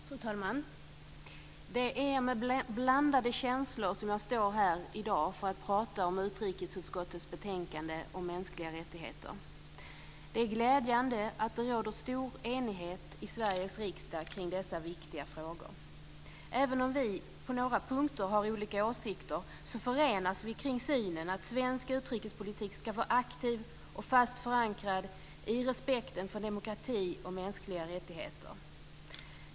Fru talman! Det är med blandade känslor som jag står här i dag för att prata om utrikesutskottets betänkande om mänskliga rättigheter. Det är glädjande att det råder stor enighet i Sveriges riksdag kring dessa viktiga frågor. Även om vi på några punkter har olika åsikter förenas vi kring synen att svensk utrikespolitik ska vara aktiv och fast förankrad i respekten för demokrati och mänskliga rättigheter.